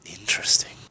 Interesting